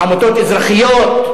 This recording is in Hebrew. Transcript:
עמותות אזרחיות,